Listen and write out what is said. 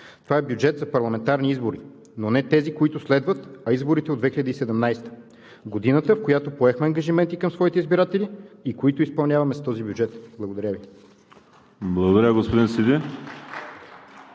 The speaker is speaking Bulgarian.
Това е бюджет за парламентарни избори, но не тези, които следват, а изборите от 2017-а – годината, в която поехме ангажименти към своите избиратели и които изпълняваме с този бюджет. Благодаря Ви. (Ръкопляскания